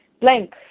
Blank